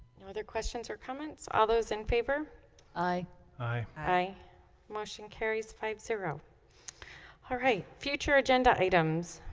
no other questions or comments all those in favor aye aye motion carries five zero all right future agenda items.